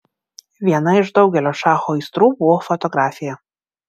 viena iš daugelio šacho aistrų buvo fotografija